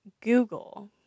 Google